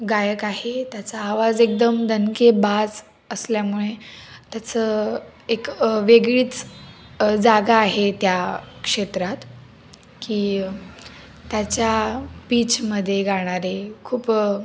गायक आहे त्याचा आवाज एकदम दणकेबाज असल्यामुळे त्याचं एक वेगळीच जागा आहे त्या क्षेत्रात की त्याच्या पीचमध्ये गाणारे खूप